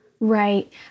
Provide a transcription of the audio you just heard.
Right